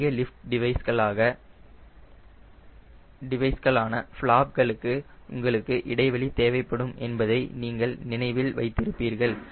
அதிக லிஃப்ட் டிவைஸ்களான ஃபளாப்களுக்கு உங்களுக்கு இடைவெளி தேவைப்படும் என்பதை நீங்கள் நினைவில் வைத்திருப்பீர்கள்